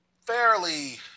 fairly